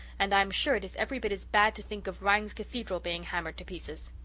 and i'm sure it is every bit as bad to think of rangs cathedral being hammered to pieces.